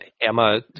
Emma